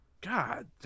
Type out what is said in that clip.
God